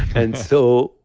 and, so,